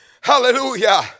Hallelujah